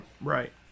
right